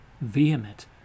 vehement